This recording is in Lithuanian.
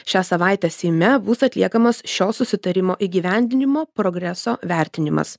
šią savaitę seime bus atliekamas šio susitarimo įgyvendinimo progreso vertinimas